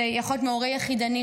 זה יכול להיות מהורה יחידני,